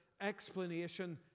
explanation